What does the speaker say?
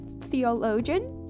theologian